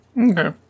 Okay